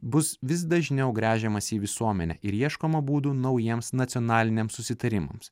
bus vis dažniau gręžiamasi į visuomenę ir ieškoma būdų naujiems nacionaliniams susitarimams